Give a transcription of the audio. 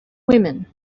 women